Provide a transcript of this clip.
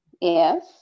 yes